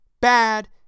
bad